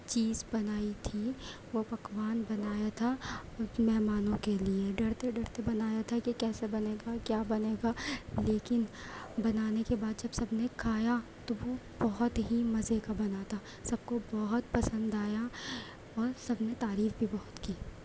چیز بنائی تھی وہ پکوان بنایا تھا مہمانوں کے لئے ڈرتے ڈرتے بنایا تھا کہ کیسے بنے گا کیا بنے گا لیکن بنانے کے بعد جب سب نے کھایا تو وہ بہت ہی مزے کا بنا تھا سب کو بہت پسند آیا اور سب نے تعریف بھی بہت کی